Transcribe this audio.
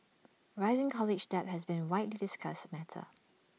rising college debt has been A widely discussed matter